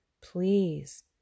please